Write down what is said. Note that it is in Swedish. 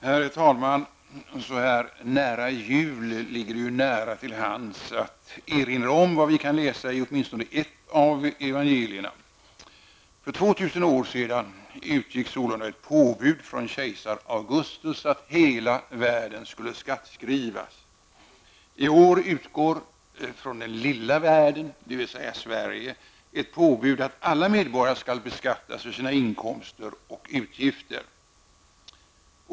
Herr talman! Så här nära jul ligger det nära till hands att erinra om vad vi kan läsa i åtminstone ett av evangelierna. För 2 000 år sedan utgick sålunda ett påbud från kejsar Augustus att hela världen skulle skattskrivas. I år utgår från den lilla världen, dvs. Sverige, ett påbud att alla medborgare skall beskattas för sina inkomster och utgifter.